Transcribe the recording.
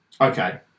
Okay